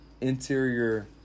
interior